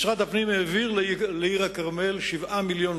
משרד הפנים העביר לעיר-הכרמל 7 מיליוני